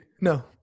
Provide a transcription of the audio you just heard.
No